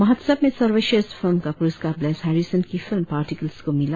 महोत्सव में सर्वश्रेष्ठ फिल्म का पुरस्कार ब्लेज हैरिसन की फिल्म पार्टिकल्स को मिला